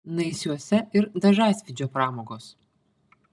naisiuose ir dažasvydžio pramogos